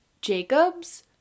Jacob's